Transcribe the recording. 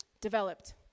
developed